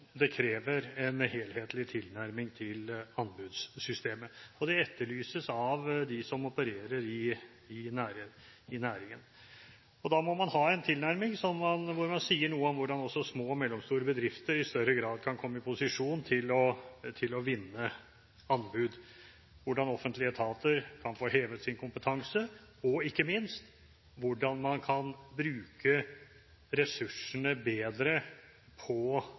Det krever en helhetlig tilnærming til anbudssystemet, og det etterlyses av dem som opererer i næringen. Da må man ha en tilnæring hvor man sier noe om hvordan også små og mellomstore bedrifter i større grad kan komme i posisjon til å vinne anbud, hvordan offentlige etater kan få hevet sin kompetanse, og ikke minst hvordan man kan bruke ressursene bedre på